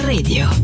Radio